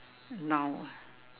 noun ah